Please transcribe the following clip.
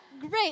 Great